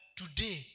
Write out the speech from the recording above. today